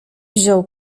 wziął